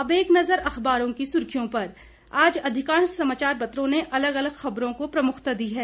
अब एक नजर अखबारों की सुर्खियों पर आज अधिकांश समाचार पत्रों ने अलग अलग खबरों को प्रमुखता दी है